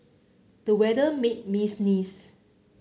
the weather made me sneeze